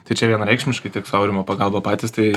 tai čia vienareikšmiškai tik su aurimo pagalba patys tai